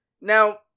Now